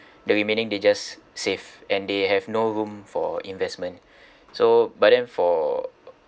the remaining they just save and they have no room for investment so but then for